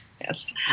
Yes